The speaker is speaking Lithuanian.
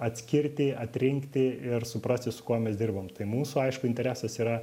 atskirti atrinkti ir suprasti su kuo mes dirbam tai mūsų aišku interesas yra